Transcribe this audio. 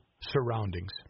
surroundings